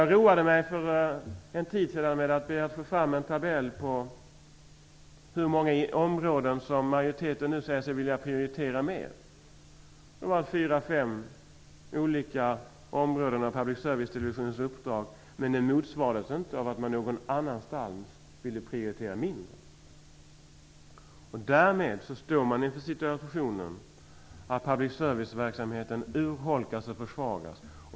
Jag roade mig för en tid sedan med att be att få fram en tabell över hur många områden som majoriteten nu säger sig vilja prioritera mer. Det var fyra fem olika områden inom public service-televisionens uppdrag. Men de motsvarades inte av att man någon annanstans ville prioritera mindre. Därmed står man inför situationen att public service-verksamheten urholkas och försvagas.